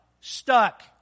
stuck